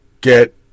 get